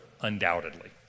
Undoubtedly